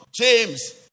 James